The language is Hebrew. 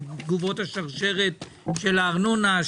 עם תגובות השרשרת של הארנונה,